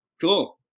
cool